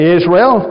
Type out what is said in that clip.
Israel